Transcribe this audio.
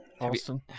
Austin